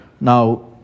Now